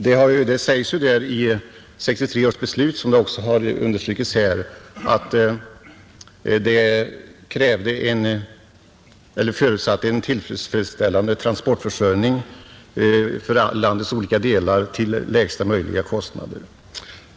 Det sägs ju i 1963 års beslut, såsom också har understrukits här, att det förutsätter att en tillfredsställande transportförsörjning för landets olika delar till lägsta möjliga kostnader kommer till stånd.